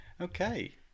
Okay